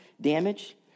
damage